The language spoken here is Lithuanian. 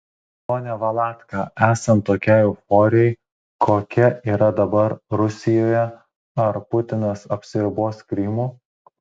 pone valatka esant tokiai euforijai kokia yra dabar rusijoje ar putinas apsiribos krymu